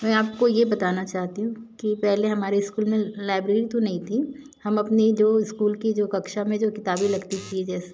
मैं आपको ये बताना चाहती हूँ कि पहले हमारे स्कूल में लाइब्रेरी तो नहीं थी हम अपनी दो स्कूल की जो कक्षा में जो किताबें लगती थी